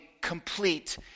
complete